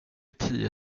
tio